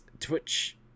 Twitch